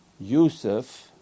Yusuf